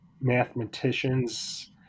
mathematicians